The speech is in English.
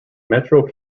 metro